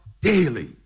daily